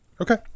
Okay